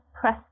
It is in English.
press